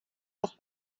auch